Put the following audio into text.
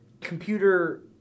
computer